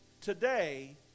Today